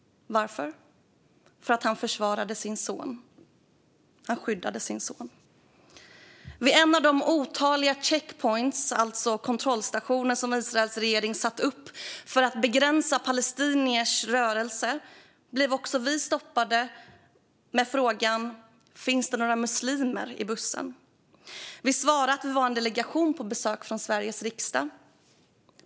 Varför? För att han försvarade och skyddade sin son. Vid en av otaliga checkpoints, alltså kontrollstationer som Israels regering satt upp för att begränsa palestiniers rörelser, blev också vi stoppade med frågan om det fanns några muslimer i bussen. Vi svarade att vi var en delegation på besök från Sveriges riksdag.